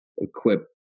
equip